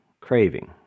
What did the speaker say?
craving